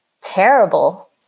terrible